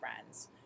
friends